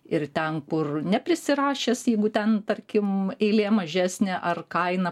ir ten kur neprisirašęs jeigu ten tarkim eilė mažesnė ar kaina